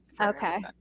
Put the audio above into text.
okay